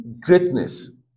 greatness